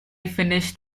finished